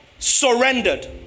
surrendered